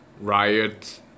riot